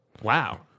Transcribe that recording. Wow